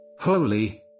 holy